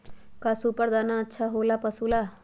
का सुपर दाना अच्छा हो ला पशु ला?